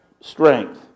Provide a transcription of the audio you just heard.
strength